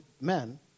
men